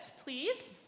please